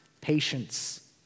patience